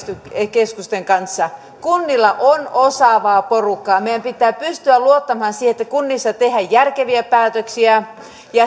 keskusten kanssa kunnilla on osaavaa porukkaa meidän pitää pystyä luottamaan siihen että kunnissa tehdään järkeviä päätöksiä